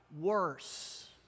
worse